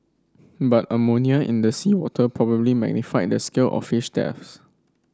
but ammonia in the seawater probably magnified the scale of fish deaths